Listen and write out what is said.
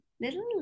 little